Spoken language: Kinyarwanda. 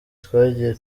twagiye